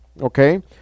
okay